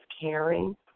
caring